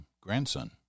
grandson